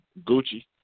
Gucci